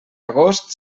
agost